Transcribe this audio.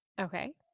Okay